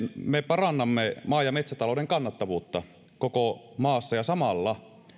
me parannamme maa ja metsätalouden kannattavuutta koko maassa ja samalla